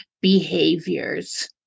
behaviors